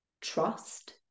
trust